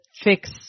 fix